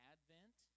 Advent